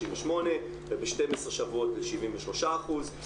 68%. ב-12 שבועות ל-73%.